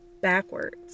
backwards